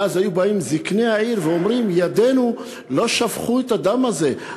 ואז היו באים זקני העיר ואומרים: ידינו לא שפכו את הדם הזה.